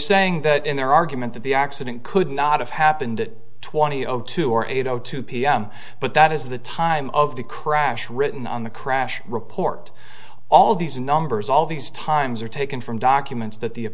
saying that in their argument that the accident could not have happened twenty zero two or eight o two pm but that is the time of the crash written on the crash report all of these numbers all these times are taken from documents that the